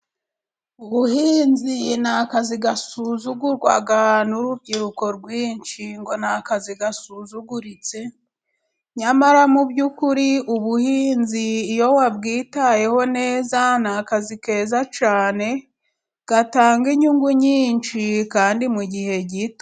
Ubuhinzi ni akazi gasuzugurwa n'urubyiruko rwinshi ngo ni akazi gasuzuguritse, nyamara mu by'ukuri ubuhinzi iyo wabwitayeho neza, ni akazi keza cyane, gatanga inyungu nyinshi, kandi mu gihe gito.